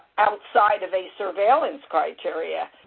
outside of a surveillance criteria.